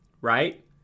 right